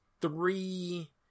three